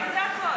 זה הכול.